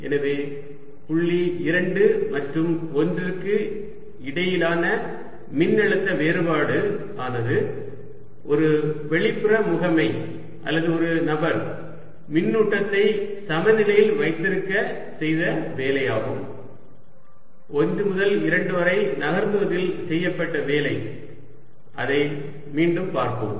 எனவே புள்ளிகள் 2 மற்றும் 1 க்கு இடையிலான மின்னழுத்த வேறுபாடு ஆனது ஒரு வெளிப்புற முகமை அல்லது ஒரு நபர் மின்னூட்டத்தை சமநிலையில் வைத்திருக்க செய்த வேலையாகும் 1 முதல் 2 வரை நகர்த்துவதில் செய்யப்பட்ட வேலை அதை மீண்டும் பார்ப்போம்